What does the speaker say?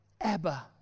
Abba